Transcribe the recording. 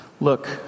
Look